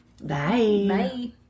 Bye